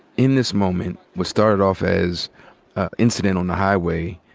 in this moment, what started off as a incident on the highway,